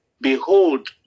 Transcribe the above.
behold